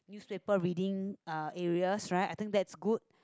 newspaper reading uh areas right I think that's good